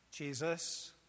Jesus